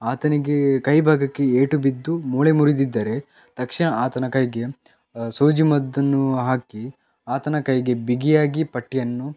ಆತನಿಗೆ ಕೈ ಭಾಗಕ್ಕೆ ಏಟು ಬಿದ್ದು ಮೂಳೆ ಮುರಿದಿದ್ದರೆ ತಕ್ಷಣ ಆತನ ಕೈಗೆ ಸೂಜಿ ಮದ್ದನ್ನು ಹಾಕಿ ಆತನ ಕೈಗೆ ಬಿಗಿಯಾಗಿ ಪಟ್ಟಿಯನ್ನು